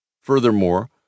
Furthermore